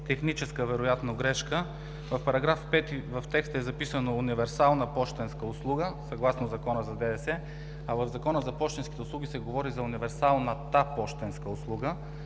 техническа грешка. В § 5 в текста е записано „универсална пощенска услуга съгласно Закона за ДДС“, а в Закона за пощенските услуги се говори за „универсалната пощенска услуга“.